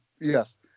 yes